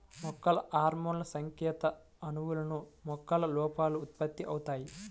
మొక్కల హార్మోన్లుసంకేత అణువులు, మొక్కల లోపల ఉత్పత్తి అవుతాయి